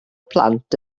plant